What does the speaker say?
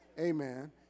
Amen